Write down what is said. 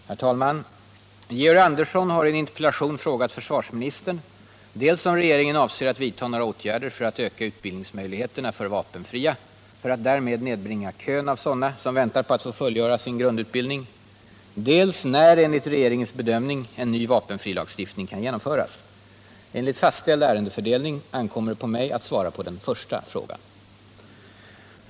Herr talman! Georg Andersson har i en interpellation frågat försvarsministern dels om regeringen avser att vidta några åtgärder för att öka utbildningsmöjligheterna för vapenfria för att därmed nedbringa kön av sådana som väntar på att få fullgöra sin grundutbildning, dels när, enligt regeringens bedömning, en ny vapenfrilagstiftning kan genomföras. En ligt fastställd ärendefördelning ankommer det på mig att svara på den första frågan.